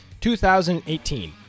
2018